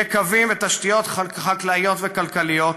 יקבים ותשתיות חקלאיות וכלכליות,